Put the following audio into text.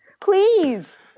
please